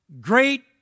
Great